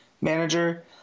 manager